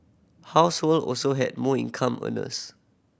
household also had more income earners